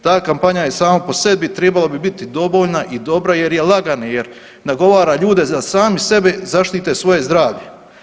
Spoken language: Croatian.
Ta kampanja je sama po sebi trebala bi biti dovoljna i dobra jer je lagana, jer nagovara ljude da sami sebi zaštite svoje zdravlje.